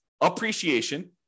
appreciation